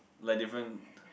like different